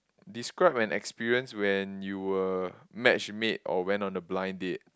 describe an experience when you were matchmake or went on a blind date